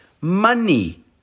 money